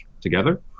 together